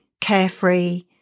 carefree